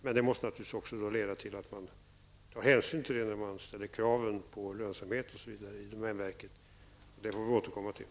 Men detta måste naturligtvis också leda till att det tas hänsyn till detta när det ställs krav på lönsamhet osv. i domänverket. Detta får vi återkomma till.